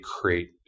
create